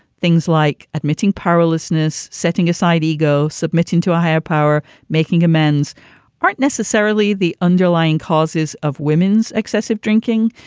things like admitting powerlessness, setting aside ego, submitting to a higher power, making amends aren't necessarily the underlying causes of women's excessive drinking.